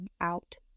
out